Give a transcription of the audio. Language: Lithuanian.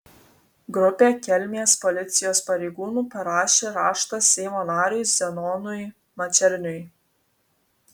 grupė kelmės policijos pareigūnų parašė raštą seimo nariui zenonui mačerniui